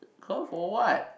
call for what